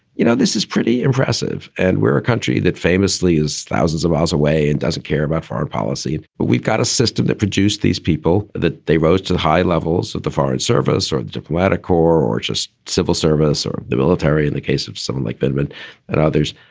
you know, this is pretty impressive and we're a country that famously is thousands of miles away and doesn't care about foreign policy. but we've got a system that produced these people that they rose to the high levels of the foreign service or the diplomatic corps or just civil service or the military in the case of someone like beadman and others.